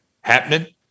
happening